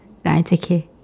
nah it's okay